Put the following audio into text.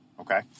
Okay